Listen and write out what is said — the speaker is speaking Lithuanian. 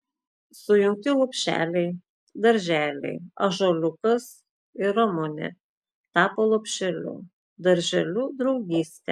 sujungti lopšeliai darželiai ąžuoliukas ir ramunė tapo lopšeliu darželiu draugystė